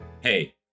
Hey